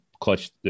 clutch